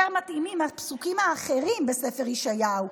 יותר מתאימים הפסוקים האחרים בספר ישעיהו,